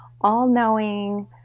all-knowing